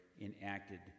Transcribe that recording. enacted